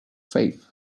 faith